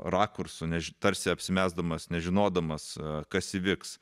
rakursu tarsi apsimesdamas nežinodamas kas įvyks